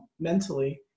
mentally